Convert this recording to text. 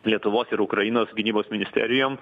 lietuvos ir ukrainos gynybos ministerijom